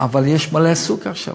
אבל יש מלא סוכר שם.